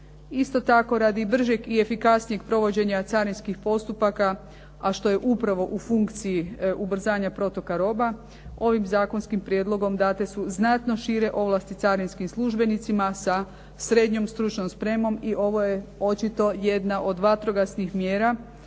Isto tako radi bržeg i efikasnijeg provođenja carinskih postupaka, a što je upravo u funkciji ubrzanja protoka roba, ovim zakonskim prijedlogom date su znatno šire ovlasti carinskim službenicima sa srednjom stručnom spremom i ovo je očito jedna od vatrogasnih mjera